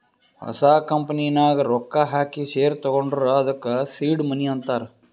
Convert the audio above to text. ಹೊಸ ಕಂಪನಿ ನಾಗ್ ರೊಕ್ಕಾ ಹಾಕಿ ಶೇರ್ ತಗೊಂಡುರ್ ಅದ್ದುಕ ಸೀಡ್ ಮನಿ ಅಂತಾರ್